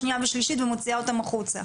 שנייה ושלישית ומוציאה אותם החוצה.